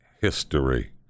history